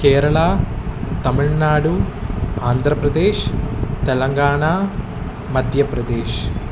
केरलः तमिल्नाडुः आन्ध्रप्रदेशः तेलङ्गणा मध्यप्रदेशः